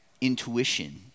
intuition